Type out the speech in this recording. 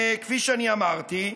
כפי שאני אמרתי,